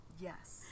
yes